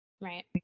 Right